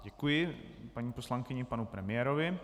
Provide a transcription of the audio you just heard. Děkuji paní poslankyni i panu premiérovi.